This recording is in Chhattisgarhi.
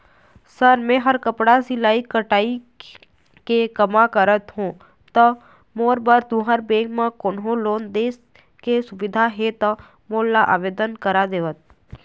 सर मेहर कपड़ा सिलाई कटाई के कमा करत हों ता मोर बर तुंहर बैंक म कोन्हों लोन दे के सुविधा हे ता मोर ला आवेदन कर देतव?